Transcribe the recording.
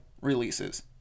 releases